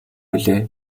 билээ